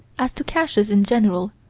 as to caches in general,